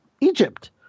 Egypt